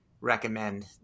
recommend